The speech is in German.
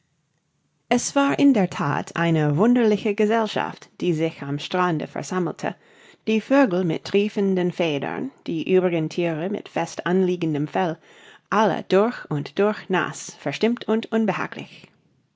es war in der that eine wunderliche gesellschaft die sich am strande versammelte die vögel mit triefenden federn die übrigen thiere mit fest anliegendem fell alle durch und durch naß verstimmt und unbehaglich